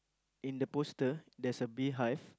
in the poster there is a bee hive